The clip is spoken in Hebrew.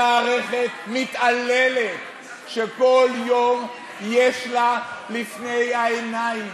למערכת מתעללת, שכל יום יש לה לפני העיניים